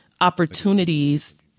opportunities